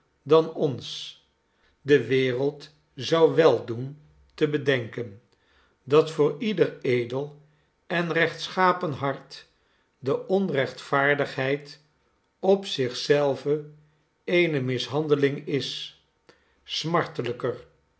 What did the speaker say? dan ons de wereld zou wel doen te bedenken dat voor ieder edel en rechtschapen hart de onrechtvaardigheid op zich zelve eene mishandeling is